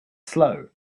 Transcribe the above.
slow